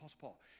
Paul